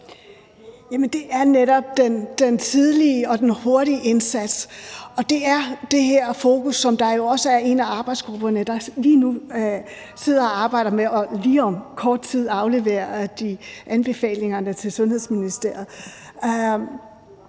Det er netop den tidlige og den hurtige indsats. Og det er det her fokus, som der jo også er i en af arbejdsgrupperne, der lige nu sidder og arbejder med det og om kort tid skal aflevere anbefalingerne til Sundhedsministeriet.